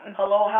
Hello